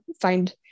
find